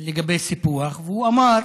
לגבי סיפוח, והוא אמר: